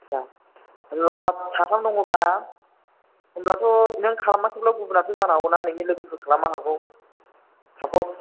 साथाम होनब्ला साथाम दङब्ला होनब्लाथ' नों खालामाखैब्ला गुबुनासो जानो हागौना नोंनि लोगोफोर खालामनो हागौ साफस